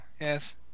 yes